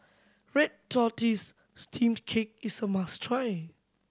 red tortoise steamed cake is a must try